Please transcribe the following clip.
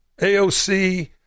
AOC